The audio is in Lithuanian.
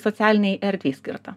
socialinei erdvei skirtą